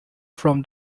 from